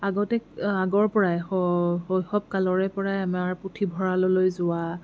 আগতে আগৰপৰাই স শৈশৱ কালৰেপৰাই আমাৰ পুথিভঁৰাললৈ যোৱা